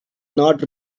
not